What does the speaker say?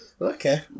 Okay